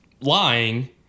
lying